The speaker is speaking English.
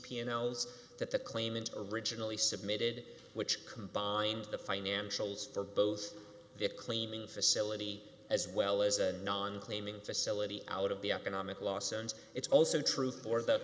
pianos that the claimant originally submitted which combines the financials for both the cleaning facility as well as a non claiming facility out of the economic loss and it's also true for th